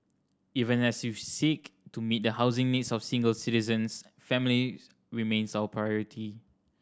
even as we seek to meet the housing needs of single citizens families remains our priority